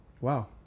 Wow